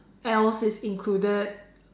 else is included